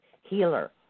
healer